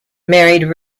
married